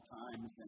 times